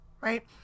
right